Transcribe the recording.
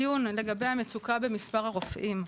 דיון לגבי המצוקה במספר הרופאים,